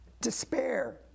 despair